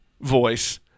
voice